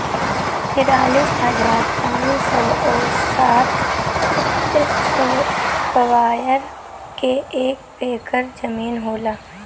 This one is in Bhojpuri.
तिरालिस हजार पांच सौ और साठ इस्क्वायर के एक ऐकर जमीन होला